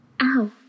Ow